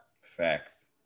facts